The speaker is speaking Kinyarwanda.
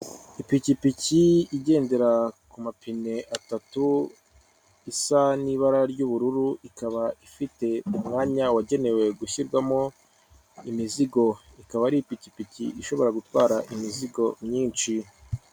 Ipikipiki igendera ku mapine atatu isa n'ibara ry'ubururu ikaba ifite umwanya wagenewe gushyirwamo imizigo ikaba ari ipikipiki ishobora gutwara imizigo myinshi.